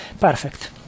perfect